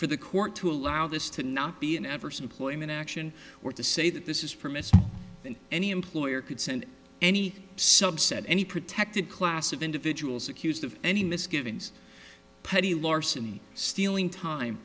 for the court to allow this to not be an everson ploy in action or to say that this is permissible in any employer could send any subset any protected class of individuals accused of any misgivings petty larceny stealing time